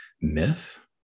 myth